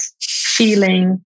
feeling